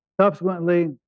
subsequently